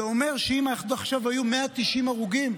זה אומר שאם עד עכשיו היו 190 הרוגים,